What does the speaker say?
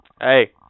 Hey